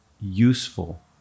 useful